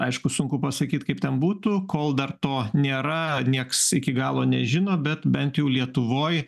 aišku sunku pasakyt kaip ten būtų kol dar to nėra nieks iki galo nežino bet bent jau lietuvoj